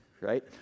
right